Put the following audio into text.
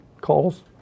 calls